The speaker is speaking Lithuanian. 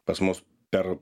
pas mus per